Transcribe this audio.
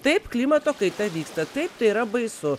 taip klimato kaita vyksta taip tai yra baisu